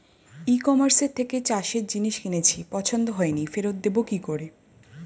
ই কমার্সের থেকে চাষের জিনিস কিনেছি পছন্দ হয়নি ফেরত দেব কী করে?